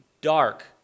dark